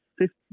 six